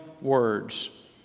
words